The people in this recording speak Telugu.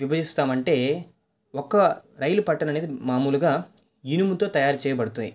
విభజిస్తామంటే ఒక్క రైలు పట్టమనేది మామూలుగా ఇనుముతో తయారు చేయబడతాయి